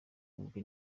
wumve